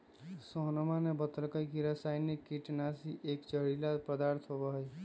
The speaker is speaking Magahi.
सोहनवा ने बतल कई की रसायनिक कीटनाशी एक जहरीला पदार्थ होबा हई